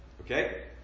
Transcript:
Okay